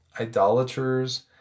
idolaters